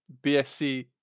BSC